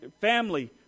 family